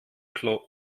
klo